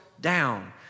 down